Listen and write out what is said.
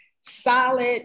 solid